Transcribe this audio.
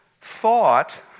thought